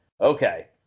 okay